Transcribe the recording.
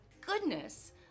goodness